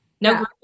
No